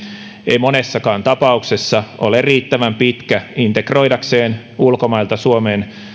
ei monessakaan tapauksessa ole riittävän pitkä integroidakseen ulkomailta suomeen